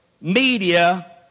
media